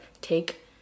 take